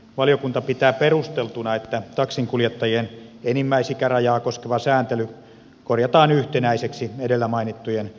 valiokunta pitää perusteltuna että taksinkuljettajien enimmäis ikärajaa koskeva sääntely korjataan yhtenäiseksi edellä mainittujen ammattikuljettajien kanssa